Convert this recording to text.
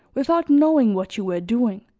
without knowing what you were doing.